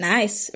Nice